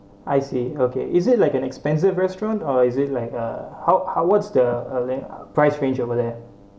I see okay is it like an expensive restaurant or is it like a how how was the uh range price range over there